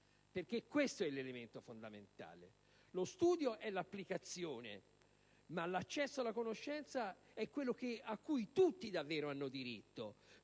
Questo è l'elemento fondamentale: lo studio è l'applicazione, ma l'accesso alla conoscenza è quello a cui tutti davvero hanno diritto,